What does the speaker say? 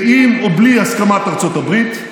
ועם או בלי הסכמת ארצות הברית,